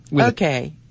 Okay